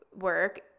work